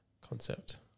concept